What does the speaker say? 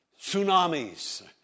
tsunamis